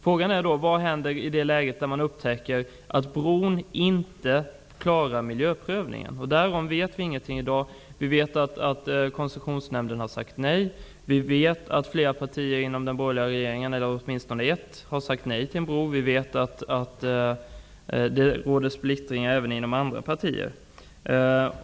Frågan är vad som händer i det läge man upptäcker att bron inte klarar miljöprövningen. Därom vet vi ingenting i dag. Vi vet att Koncessionsnämnden har sagt nej. Vi vet att åtminstone ett parti inom den borgerliga regeringen har sagt nej till en bro. Vi vet att det råder splittring även inom andra partier.